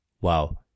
Wow